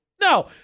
no